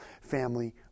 family